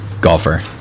golfer